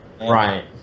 Right